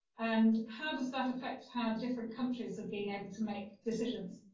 and how does that affect how different countries have been able to make decisions?